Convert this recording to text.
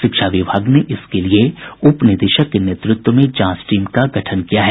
शिक्षा विभाग ने इसके लिए उप निदेशक के नेतृत्व में जांच टीम का गठन किया है